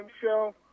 show